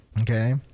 Okay